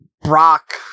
Brock